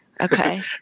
Okay